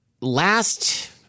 last